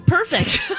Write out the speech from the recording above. Perfect